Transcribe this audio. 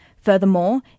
Furthermore